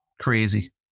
crazy